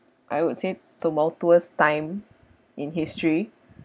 I would say tumultuous time in history